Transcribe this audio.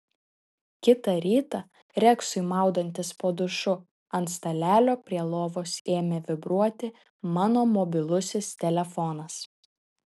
kitą rytą reksui maudantis po dušu ant stalelio prie lovos ėmė vibruoti mano mobilusis telefonas